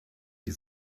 die